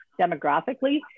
demographically